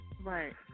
Right